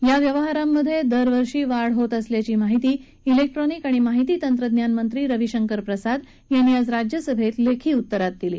digital व्यवहारांमधे दरवर्षी वाढ घेत असल्याची माहिती इलेक्ट्रॉनिक आणि माहिती तंत्रज्ञानमंत्री रवीशंकर प्रसाद यांनी आज राज्यसभेत लेखी उत्तरात दिली